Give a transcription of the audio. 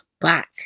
back